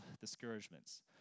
discouragements